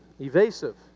evasive